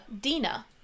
Dina